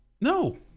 no